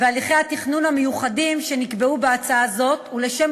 והליכי התכנון המיוחדים שנקבעו בהצעה זו ולשם